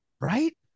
right